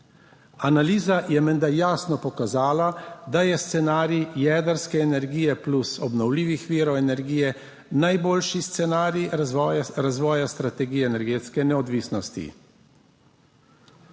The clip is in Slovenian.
Analiza je menda jasno pokazala, da je scenarij jedrske energije plus obnovljivih virov energije najboljši scenarij razvoja strategije energetske neodvisnosti,